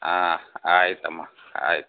ಆಂ ಆಯಿತಮ್ಮ ಆಯ್ತು